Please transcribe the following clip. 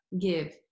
give